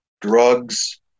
Drugs